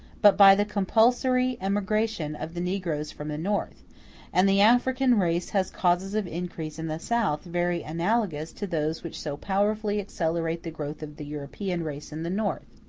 but by the compulsory emigration of the negroes from the north and the african race has causes of increase in the south very analogous to those which so powerfully accelerate the growth of the european race in the north.